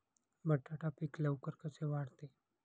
बटाटा पीक लवकर कसे वाढते?